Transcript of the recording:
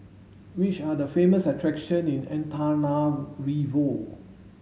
which are the famous attractions in Antananarivo